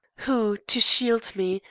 who, to shield me,